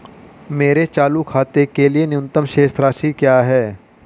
मेरे चालू खाते के लिए न्यूनतम शेष राशि क्या है?